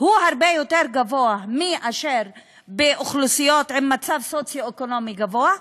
הוא דווקא הרבה יותר גבוה מאשר באוכלוסיות עם מצב סוציו-אקונומי גבוה,